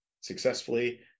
successfully